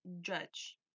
judge